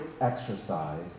exercise